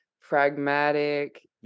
pragmatic